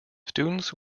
students